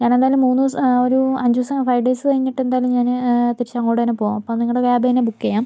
ഞാൻ എന്തായാലും മൂന്ന് ദിവസം ഒരു അഞ്ചു ദിവസം ഫൈവ് ഡേയ്സ് കഴിഞ്ഞിട്ടെന്തായാലും ഞാൻ തിരിച്ചങ്ങോട്ട് തന്നെ പോവും അപ്പോൾ നിങ്ങളുടെ ക്യാബ് തന്നെ ബുക്ക് ചെയ്യാം